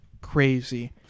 crazy